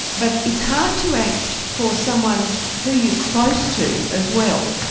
but it's hard to act for someone who you're close to as well,